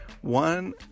one